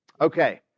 Okay